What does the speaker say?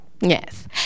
Yes